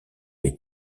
est